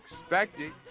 expected